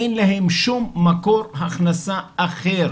אין להן שום מקור הכנסה אחר.